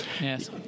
Yes